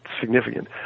significant